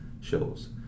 shows